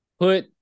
Put